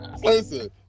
listen